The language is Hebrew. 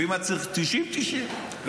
ואם היה צריך 90, אז